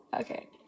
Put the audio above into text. okay